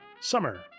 summer